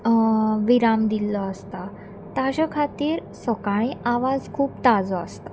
विराम दिल्लो आसता ताच्या खातीर सकाळीं आवाज खूब ताजो आसता